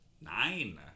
nine